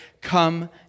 come